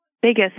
biggest